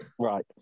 Right